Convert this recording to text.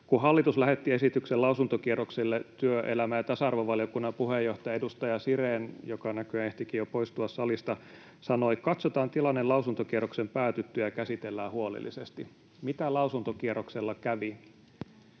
Kun hallitus lähetti esityksen lausuntokierrokselle, työelämä- ja tasa-arvovaliokunnan puheenjohtaja, edustaja Sirén — joka näköjään ehtikin jo poistua salista — sanoi ”katsotaan tilanne lausuntokierroksen päätyttyä ja käsitellään huolellisesti”. Mitä lausuntokierroksella kävi?